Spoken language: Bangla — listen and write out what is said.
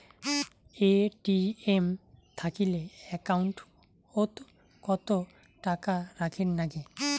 এ.টি.এম থাকিলে একাউন্ট ওত কত টাকা রাখীর নাগে?